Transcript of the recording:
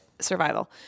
Survival